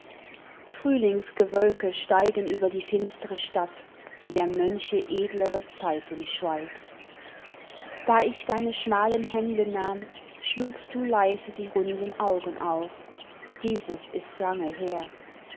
frühlingsgewölke steigen über die finstere stadt die der mönche edlere zeiten schweigt da ich deine schmalen hände nahm schlugst du leise die runden augen auf dieses ist lange her